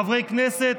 חברי כנסת?